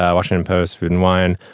ah washington post food and wine,